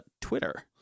Twitter